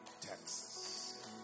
Texas